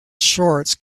shorts